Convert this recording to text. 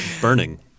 burning